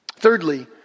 Thirdly